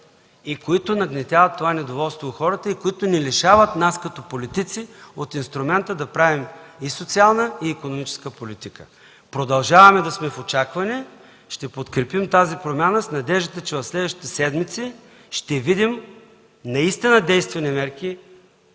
и нагнетяват това недоволство у хората и лишават нас, като политици, от инструмента да правим социална и икономическа политика. Продължаваме да сме в очакване. Ще подкрепим тази промяна с надеждата, че в следващите седмици ще видим наистина действени мерки,